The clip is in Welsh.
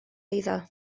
eiddo